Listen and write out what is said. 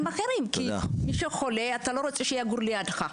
אחרים כי מישהו חולה אתה לא רוצה שיגור לידך.